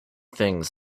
things